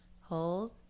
hold